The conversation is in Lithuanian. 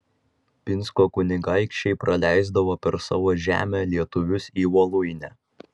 pinsko kunigaikščiai praleisdavo per savo žemę lietuvius į voluinę